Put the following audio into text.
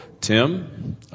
Tim